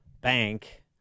bank